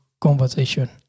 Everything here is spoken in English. conversation